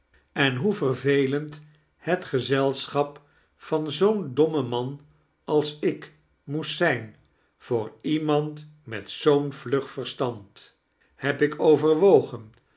en hoe vervalend het gezelschap van zoo'n domnuen man als ik moest zijn voor ietnand met zoo'n vlug verstand heb ik overwogen